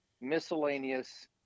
miscellaneous